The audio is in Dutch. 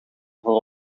voor